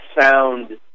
sound